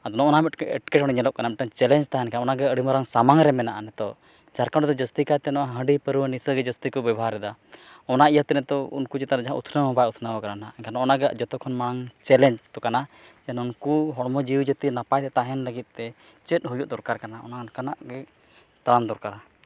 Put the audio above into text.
ᱟᱫᱚ ᱱᱚᱣᱟ ᱢᱤᱫᱴᱮᱡ ᱮᱴᱠᱮᱴᱚᱬᱮ ᱧᱮᱞᱚᱜ ᱠᱟᱱᱟ ᱢᱤᱫᱴᱟᱝ ᱪᱮᱞᱮᱸᱡᱽ ᱛᱟᱦᱮᱱ ᱠᱟᱱᱟ ᱚᱱᱟᱜᱮ ᱟᱹᱰᱤᱢᱟᱨᱟᱝ ᱥᱟᱢᱟᱝᱨᱮ ᱢᱮᱱᱟᱜᱼᱟ ᱱᱤᱛᱳᱜ ᱡᱷᱟᱲᱠᱷᱚᱸᱰ ᱨᱮᱫᱚ ᱡᱟᱹᱥᱛᱤ ᱠᱟᱭᱛᱮ ᱱᱚᱣᱟ ᱦᱟᱺᱰᱤ ᱯᱟᱹᱨᱣᱟᱹ ᱱᱤᱥᱟᱹᱜᱮ ᱡᱟᱹᱥᱛᱤ ᱠᱚ ᱵᱮᱵᱚᱦᱟᱨᱮᱫᱟ ᱚᱱᱟ ᱤᱭᱟᱹᱛᱮ ᱱᱤᱛᱚᱜ ᱩᱱᱠᱩ ᱪᱮᱛᱟᱱᱨᱮ ᱡᱟᱦᱟᱱᱟᱜ ᱩᱛᱱᱟᱹᱣ ᱦᱚᱸ ᱵᱟᱭ ᱩᱛᱱᱟᱹᱣ ᱠᱟᱱᱟ ᱮᱱᱠᱷᱟᱱ ᱱᱚᱜ ᱱᱟᱜᱮ ᱡᱚᱛᱚᱠᱷᱚᱱ ᱢᱟᱲᱟᱝ ᱪᱮᱞᱮᱡᱽ ᱫᱚ ᱠᱟᱱᱟ ᱡᱮ ᱩᱱᱠᱩ ᱦᱚᱲᱢᱚ ᱡᱤᱣᱤ ᱡᱟᱹᱛᱤ ᱱᱟᱯᱟᱭ ᱛᱮ ᱛᱟᱦᱮᱱ ᱞᱟᱹᱜᱤᱫ ᱛᱮ ᱪᱮᱫ ᱦᱩᱭᱩᱜ ᱫᱚᱨᱠᱟᱨ ᱠᱟᱱᱟ ᱚᱱᱟ ᱚᱱᱠᱟᱱᱟᱜ ᱜᱮ ᱛᱟᱲᱟᱢ ᱫᱚᱨᱠᱟᱨ